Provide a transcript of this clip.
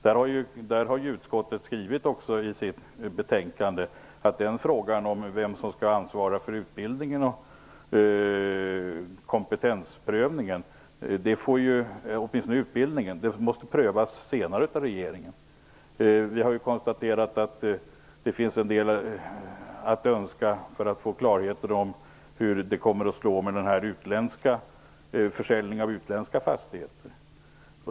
Där har utskottet skrivit i sitt betänkande att frågan om vem som skall ansvara för utbildningen och kompetensprövningen, eller åtminstone utbildningen, måste senare prövas av regeringen. Vi har konstaterat att det finns en del att önska för att få klarhet i hur det kommer att slå vid försäljning av utländska fastigheter.